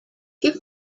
keep